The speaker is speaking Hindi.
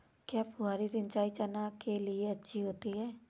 क्या फुहारी सिंचाई चना के लिए अच्छी होती है?